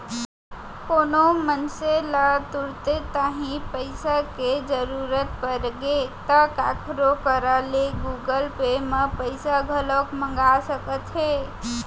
कोनो मनसे ल तुरते तांही पइसा के जरूरत परगे ता काखरो करा ले गुगल पे म पइसा घलौक मंगा सकत हे